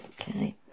Okay